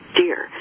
dear